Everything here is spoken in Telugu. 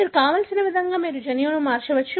మీకు కావలసిన విధంగా మీరు జన్యువును మార్చవచ్చు